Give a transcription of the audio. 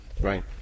right